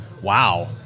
Wow